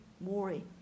worry